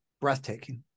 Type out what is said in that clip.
breathtaking